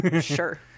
Sure